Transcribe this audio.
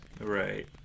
right